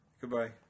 Goodbye